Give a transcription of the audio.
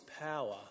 power